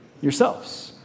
yourselves